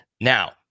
Now